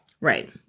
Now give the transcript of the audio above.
Right